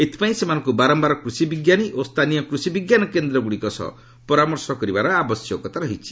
ଏଥିପାଇଁ ସେମାନଙ୍କୁ ବାରମ୍ଭାର କୃଷି ବିଜ୍ଞାନୀ ଓ ସ୍ଥାନୀୟ କୃଷିବିଜ୍ଞାନ କେନ୍ଦ୍ରଗୁଡ଼ିକ ସହ ପରାମର୍ଶ କରିବାର ଆବଶ୍ୟକତା ରହିଛି